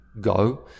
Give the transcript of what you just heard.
go